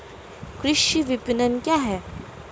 कृषि विपणन क्या है?